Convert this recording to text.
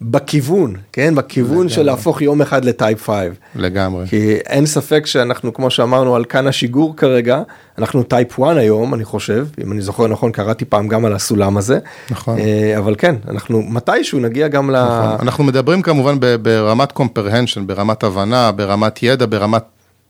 בכיוון כן בכיוון של להפוך יום אחד לטייפ 5 לגמרי כי אין ספק שאנחנו כמו שאמרנו על כן השיגור כרגע אנחנו טייפ 1 היום אני חושב אם אני זוכר נכון קראתי פעם גם על הסולם הזה נכון אבל כן אנחנו מתי שהוא נגיע גם אנחנו מדברים כמובן ברמת קומפרנצ'ן ברמת הבנה ברמת ידע ברמת.